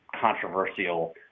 controversial